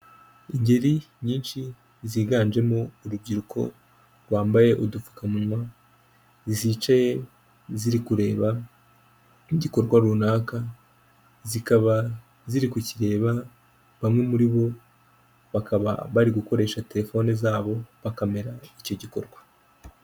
Imodoka yo mu bwoko bwa dayihatsu yifashishwa mu gutwara imizigo ifite ibara ry'ubururu ndetse n'igisanduku cy'ibyuma iparitse iruhande rw'umuhanda, aho itegereje gushyirwamo imizigo. Izi modoka zikaba zifashishwa mu kworoshya serivisi z'ubwikorezi hirya no hino mu gihugu. Aho zifashishwa mu kugeza ibintu mu bice bitandukanye by'igihugu.